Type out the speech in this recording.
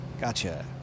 Gotcha